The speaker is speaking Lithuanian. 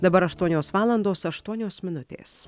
dabar aštuonios valandos aštuonios minutės